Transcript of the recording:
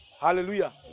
Hallelujah